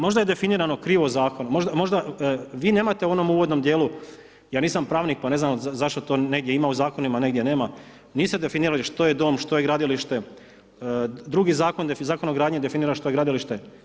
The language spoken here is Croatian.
Možda je definirano krivo, vi nemate u onom uvodnom djelu, ja nisam pravnik pa ne znam zašto to negdje ima u zakonima a negdje nema, niste definirali što je dom, što je gradilište, drugi zakon, Zakon o gradnji definira što je gradilište.